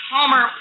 Homer